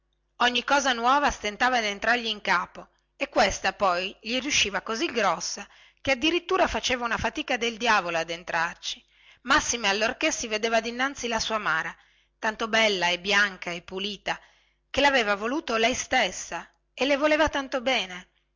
ogni cosa nuova stentava ad entrargli in capo e questa poi gli riesciva così grossa che addirittura faceva una fatica del diavolo ad entrarci massime allorchè si vedeva dinanzi la sua mara tanto bella e bianca e pulita che laveva voluto ella stessa